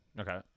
Okay